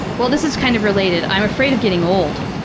well, this is kind of related. i'm afraid of getting old.